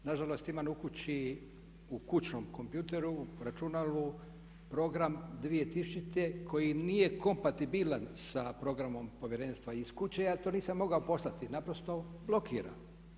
Nažalost imam u kući, u kućnom kompjutoru, računalu, program 2000. koji nije kompatibilan s programom Povjerenstva iz kuće i ja to nisam mogao poslati, naprosto blokira.